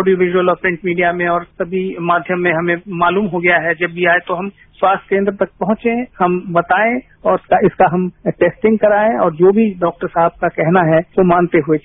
audio visual print media में और सभी माध्यम में हमें मालूम हो गया है कि जब ये आये तो हम स्वास्थ्य केन्द्र तक पहुंचे हम बताए और इसका हम टैस्टिंग कराएं और जो भी डॉक्टर साहब का कहना है वो मानते हुए चले